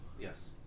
Yes